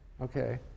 Okay